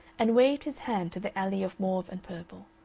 and waved his hand to the alley of mauve and purple.